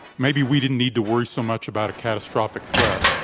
maybe we didn't need to worry so much about a catastrophic threat,